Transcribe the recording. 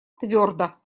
твердо